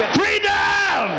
freedom